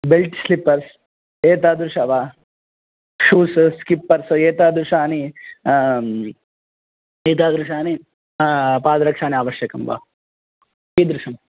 belt slippers एतादृशं वा shoes slippers एतादृशानि एतादृशानि पादरक्षाः आवश्यकं वा कीदृशं